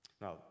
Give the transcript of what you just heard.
Now